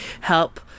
help